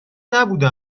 نبوده